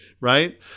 Right